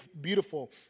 beautiful